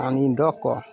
पानि दअ कऽ